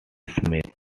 smith